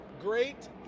Great